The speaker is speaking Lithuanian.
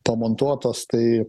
demontuotos tai